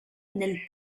nel